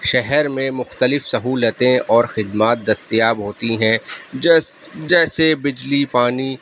شہر میں مختلف سہولتیں اور خدمات دستیاب ہوتی ہیں جیسے بجلی پانی